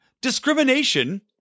Discrimination